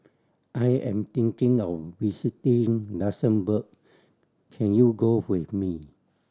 I am thinking of visiting Luxembourg can you go with me